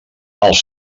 els